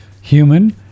human